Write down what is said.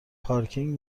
پارکینگ